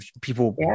people